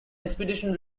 expedition